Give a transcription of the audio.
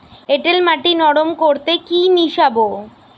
এঁটেল মাটি নরম করতে কি মিশাব?